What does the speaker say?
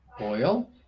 oil